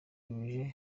nama